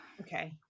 Okay